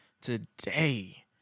today